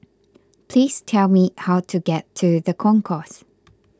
please tell me how to get to the Concourse